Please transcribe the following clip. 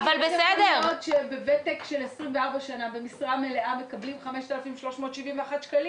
אנשים בוותק של 24 שנה במשרה מלאה מקבלים 5,371 שקלים.